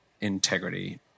integrity